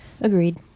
Agreed